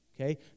okay